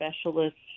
specialists